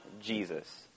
Jesus